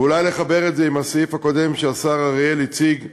ואולי אחבר את זה עם הסעיף הקודם שהשר אריאל הציג,